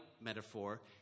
metaphor